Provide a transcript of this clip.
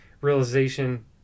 realization